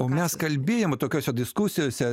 o mes kalbėjom tokiose diskusijose